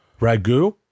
ragu